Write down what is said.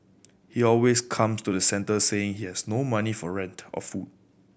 he always comes to the centre saying he has no money for rent or food